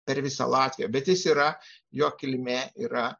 per visą latviją bet jis yra jo kilmė yra